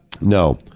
No